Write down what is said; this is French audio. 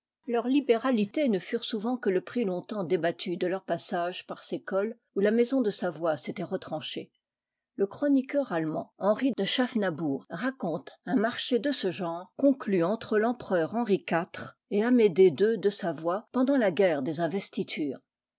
leurs libéralités ne furent souvent que le prix longtemps débattu de leur passage par ces cols où la maison de savoie s'était retranchée le chroniqueur allemand henri de schafnabourg raconte un marché de ce genre conclu entre l'empereur henri iv et amédée ii de savoie pendant la guerre des investitures